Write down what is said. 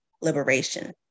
liberation